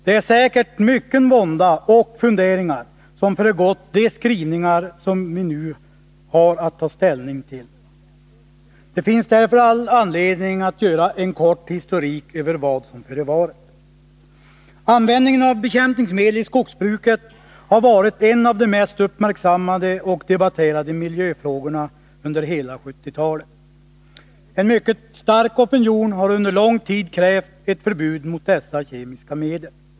Det är säkert mycken vånda och många funderingar som föregått de skrivningar som vi nu har att ta ställning till. Det finns därför all anledning att göra en kort historik över vad som förevarit. Frågan om användning av bekämpningsmedel i skogsbruket har varit en av de mest uppmärksammade och debatterade miljöfrågorna under hela 1970-talet. En mycket stark opinion har under lång tid krävt ett förbud mot dessa kemiska medel.